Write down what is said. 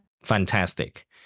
Fantastic